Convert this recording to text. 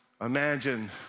Imagine